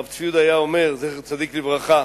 הרב צבי יהודה, זכר צדיק לברכה,